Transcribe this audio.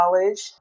college